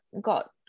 got